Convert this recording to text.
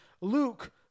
Luke